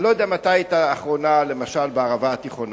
אני לא יודע אם אתה היית לאחרונה למשל בערבה התיכונה.